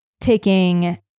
taking